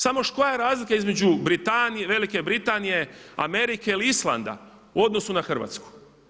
Samo koja je razlika između Velike Britanije, Amerike ili Islanda u odnosu na Hrvatsku?